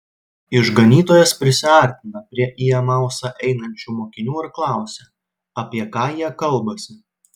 išganytojas prisiartina prie į emausą einančių mokinių ir klausia apie ką jie kalbasi